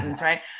Right